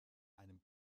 einem